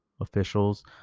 officials